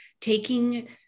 Taking